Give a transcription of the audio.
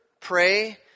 pray